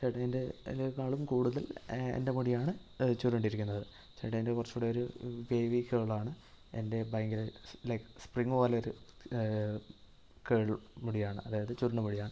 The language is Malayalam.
ചേട്ടൻ്റെ എൻറ്റേക്കാളും കൂടുതൽ എൻ്റെ മുടിയാണ് ചുരുണ്ടിരിക്കുന്നത് ചേട്ടൻ്റെ കുറച്ചൂടെ ഒരു വേവി കേളാണ് എൻ്റെ ഭയങ്കര ലൈക് സ്പ്രിംങ് പോലൊരു കേൾ മുടിയാണ് അതായത് ചുരുണ്ട മുടിയാണ്